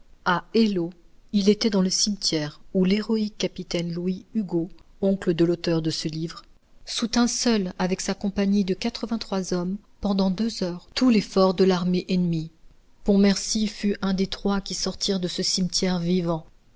eylau il était dans le cimetière où l'héroïque capitaine louis hugo oncle de l'auteur de ce livre soutint seul avec sa compagnie de quatrevingt trois hommes pendant deux heures tout l'effort de l'armée ennemie pontmercy fut un des trois qui sortirent de ce cimetière vivants